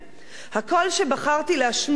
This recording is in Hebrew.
הקול שבחרתי להשמיע היום,